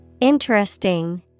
Interesting